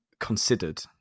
considered